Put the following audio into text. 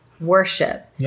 worship